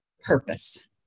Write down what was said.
Purpose